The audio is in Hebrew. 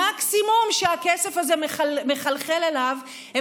המקסימום שהכסף הזה מחלחל אליו הוא